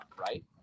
right